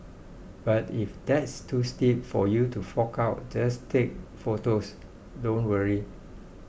but if that's too steep for you to fork out just take photos don't worry